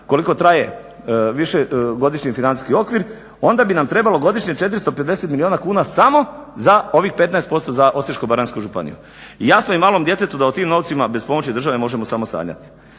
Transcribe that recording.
koliko traje višegodišnji financijski okvir onda bi nam trebalo godišnje 450 milijuna kuna samo za ovih 15% za Osječko-baranjsku županiju. I jasno je i malom djetetu da o tim novcima bez pomoći države možemo samo sanjati.